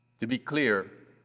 to be clear,